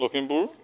Lakhimpur